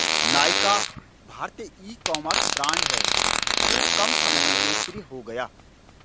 नायका भारतीय ecommerce brand हैं जो कम समय में लोकप्रिय हो गया